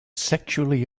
sexually